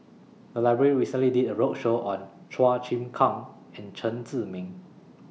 The Library recently did A roadshow on Chua Chim Kang and Chen Zhiming